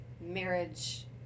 marriage